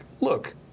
look